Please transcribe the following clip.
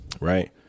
Right